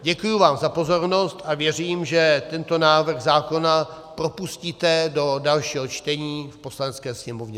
Děkuji vám za pozornost a věřím, že tento návrh zákona propustíte do dalšího čtení v Poslanecké sněmovně.